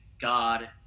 God